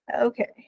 Okay